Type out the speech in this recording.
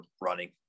running